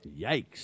yikes